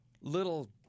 Little